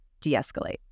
de-escalate